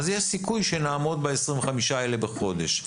יש סיכוי שנעמוד ב-25 האלה בחודש.